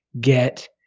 get